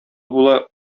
була